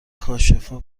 کاشفا